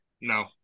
No